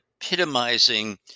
epitomizing